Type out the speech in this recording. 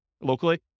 locally